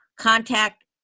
contact